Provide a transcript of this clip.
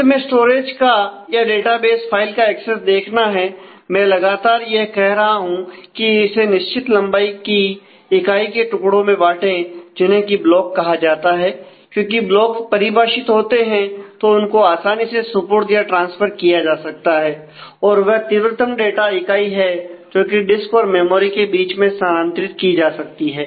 अंत में स्टोरेज का या डेटाबेस फाइल का एक्सेस देखना है मैं लगातार यह कह रहा हूं कि इसे निश्चित लंबाई की इकाई के टुकड़ों में बांटे जिन्हें की ब्लॉक कहा जाता है क्योंकि ब्लॉक परिभाषित होते हैं तो उनको आसानी से सुपुर्द या ट्रांसफर किया जा सकता है और वह तीव्रतम डाटा इकाई है जो कि डिस्क और मेमोरी के बीच में स्थानांतरित की जा सकती है